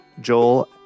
Joel